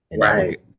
Right